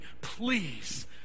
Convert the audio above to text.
Please